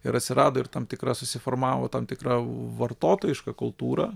ir atsirado ir tam tikras susiformavo tam tikra vartotojiška kultūra